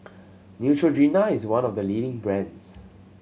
Neutrogena is one of the leading brands